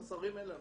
חוסרים אין לנו.